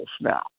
now